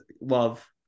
love –